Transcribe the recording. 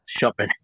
Shopping